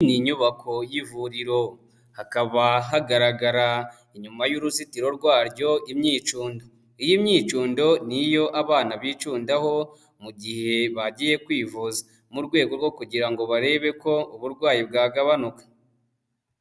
Ni inyubako y'ivuriro, hakaba hagaragara inyuma y'uruzitiro rwaryo imyicundo, iyi myicundo ni iyo abana bicundaho mu gihe bagiye kwivuza, mu rwego rwo kugira ngo barebe ko uburwayi bwagabanuka.